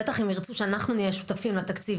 בטח אם ירצו שאנחנו נהיה שותפים לתקציב